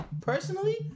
personally